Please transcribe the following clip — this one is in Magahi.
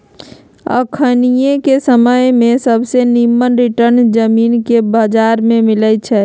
अखनिके समय में सबसे निम्मन रिटर्न जामिनके बजार में मिलइ छै